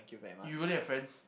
you really have friends